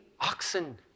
oxen